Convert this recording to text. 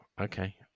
Okay